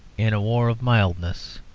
in a war of mildness,